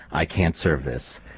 i can't serve this.